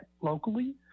locally